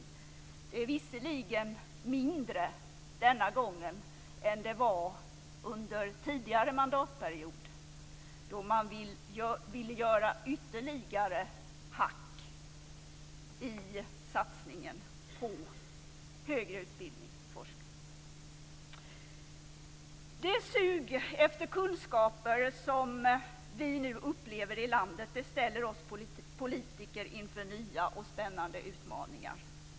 Det är visserligen mindre denna gång än det var under tidigare mandatperiod, då man ville göra ytterligare hack i satsningen på högre utbildning och forskning. Det sug efter kunskaper som vi nu upplever i landet ställer oss politiker inför nya och spännande utmaningar.